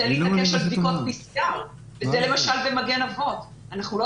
להתעקש על בדיקות PCR. זה למשל במגן אבות כאשר אנחנו לא